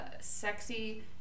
sexy